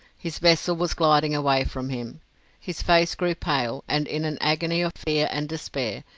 his vessel was gliding away from him his face grew pale, and in an agony of fear and despair,